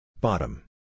Bottom